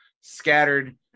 scattered